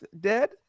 dead